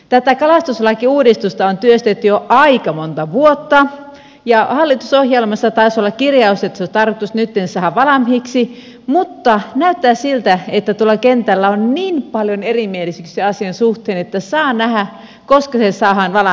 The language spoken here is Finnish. tätä kalastuslakiuudistusta on työstetty jo aika monta vuotta ja hallitusohjelmassa taisi olla kirjaus että se olisi tarkoitus nytten saada valmiiksi mutta näyttää siltä että tuolla kentällä on niin paljon erimielisyyksiä asian suhteen että saa nähdä koska se saadaan valmiiksi